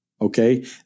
Okay